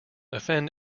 offend